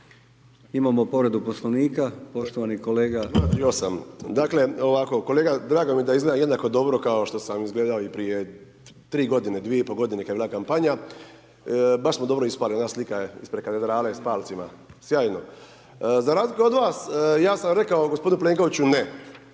Imamo povredu Poslovnika, poštovani kolega.